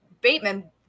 Bateman